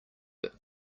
but